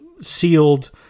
sealed